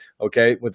okay